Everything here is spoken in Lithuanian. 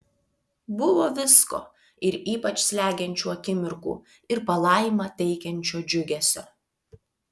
buvo visko ir ypač slegiančių akimirkų ir palaimą teikiančio džiugesio